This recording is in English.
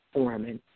Foreman